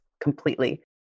completely